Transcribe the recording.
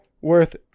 worth